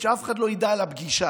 שאף אחד לא ידע על הפגישה.